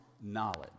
knowledge